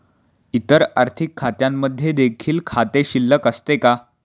इतर आर्थिक खात्यांमध्ये देखील खाते शिल्लक असते का?